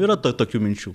yra to tokių minčių